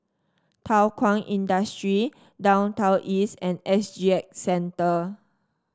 Thow Kwang Industry Downtown East and S G X Centre